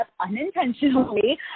unintentionally